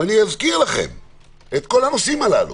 אזכיר לכם את כל הנושאים הללו.